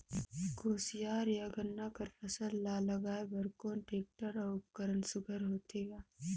कोशियार या गन्ना कर फसल ल लगाय बर कोन टेक्टर अउ उपकरण सुघ्घर होथे ग?